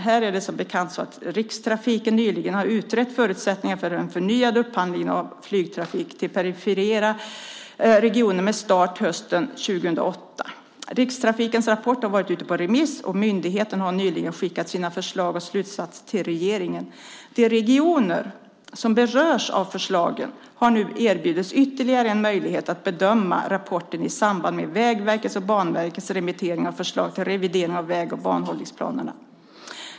Här är det som bekant så att Rikstrafiken nyligen har utrett förutsättningarna för en förnyad upphandling av flygtrafik till perifera regioner med start hösten 2008. Rikstrafikens rapport har varit ute på remiss och myndigheten har nyligen skickat sina förslag och slutsatser till regeringen. De regioner som berörs av förslagen har nu erbjudits ytterligare en möjlighet att bedöma rapporten i samband med Vägverkets och Banverkets remittering av förslag till revidering av väg och banhållningsplanerna.